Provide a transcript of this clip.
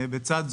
בצד זאת,